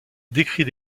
décrit